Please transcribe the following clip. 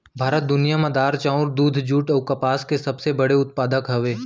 भारत दुनिया मा दार, चाउर, दूध, जुट अऊ कपास के सबसे बड़े उत्पादक हवे